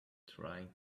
trying